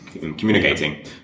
Communicating